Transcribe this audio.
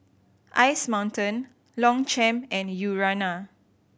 Ice Mountain Longchamp and Urana